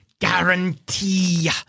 Guarantee